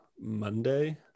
Monday